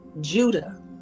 Judah